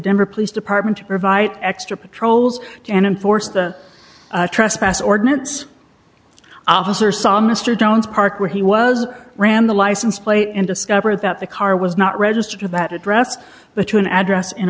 denver police department to provide extra patrols and enforce the trespass ordinance officer saw mr jones park where he was ran the license plate and discovered that the car was not registered to that address but to an address in